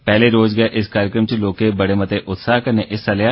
पैहले रोज गै इस कार्यक्रम च लोकें बड़े मते उत्साह कन्नै हिस्सा लेआ